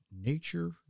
nature